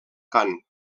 cant